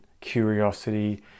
curiosity